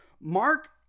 Mark